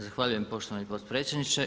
Zahvaljujem poštovani potpredsjedniče.